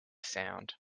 sound